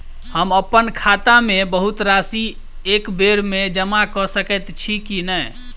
हम अप्पन खाता मे बहुत राशि एकबेर मे जमा कऽ सकैत छी की नै?